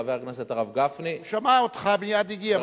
חבר הכנסת הרב גפני, הוא שמע אותך, מייד הגיע.